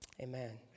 Amen